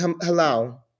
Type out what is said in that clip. hello